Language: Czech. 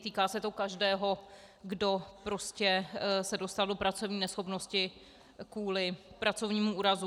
Týká se to každého, kdo se dostal do pracovní neschopnosti kvůli pracovnímu úrazu.